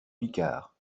picard